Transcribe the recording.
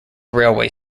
railway